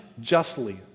justly